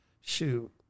Shoot